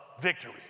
victory